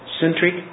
Centric